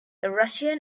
russian